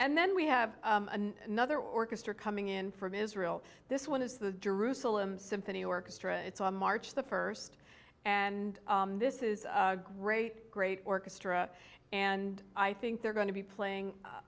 and then we have another orchestra coming in from israel this one is the jerusalem symphony orchestra it's on march the first and this is a great great orchestra and i think they're going to be playing